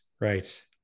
Right